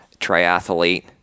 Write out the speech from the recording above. triathlete